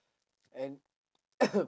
and